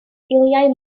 sgiliau